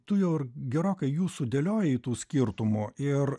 tu jau ir gerokai jų sudėliojai tų skirtumų ir